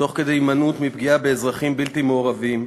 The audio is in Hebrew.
תוך הימנעות מפגיעה באזרחים בלתי מעורבים,